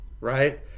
right